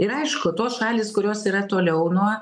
ir aišku tos šalys kurios yra toliau nuo